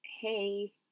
Hey